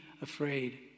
afraid